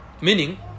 Meaning